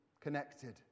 connected